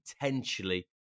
potentially